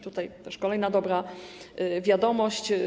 Tutaj kolejna dobra wiadomość.